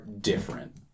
different